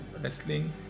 wrestling